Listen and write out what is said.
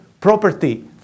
property